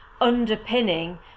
underpinning